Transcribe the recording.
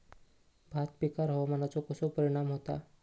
भात पिकांर हवामानाचो कसो परिणाम होता?